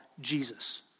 Jesus